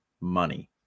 money